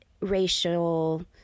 racial